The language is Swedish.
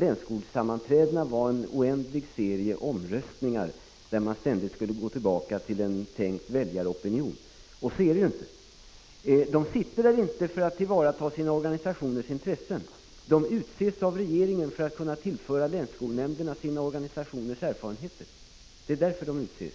länsskolnämndernas sammanträden var en oändlig serie omröstningar, där man ständigt skulle gå tillbaka till en tänkt väljaropinion. Så är det inte. De sitter där inte för att tillvarata sina organisationers intressen. De utses av regeringen för att kunna tillföra länsskolnämnderna sina organisationers erfarenheter.